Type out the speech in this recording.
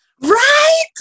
Right